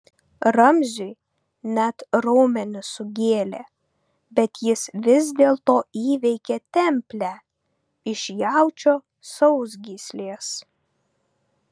ramziui net raumenis sugėlė bet jis vis dėlto įveikė templę iš jaučio sausgyslės